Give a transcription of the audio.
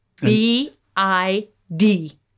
B-I-D